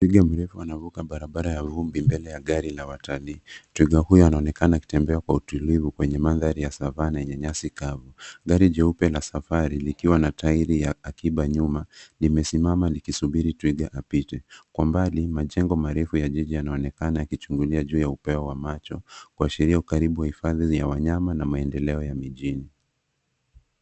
Twiga mrefu anavuka barabara ya vumbi mbele ya gari la watalii. Twiga huyu anaonekana akitembea kwa utulivu kwenye mandhari ya savana yenye nyasi kavu. Gari jeupe la safari likiwa na tairi ya akiba nyuma limesimama likisubiri twiga apite. Kwa umbali majengo marefu ya jiji yanaonekana yakichungulia juu ya upeo wa macho kuashiria ukaribu wa hifadhi ya wanyama na maendeleo ya mijini.